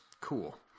cool